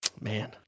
man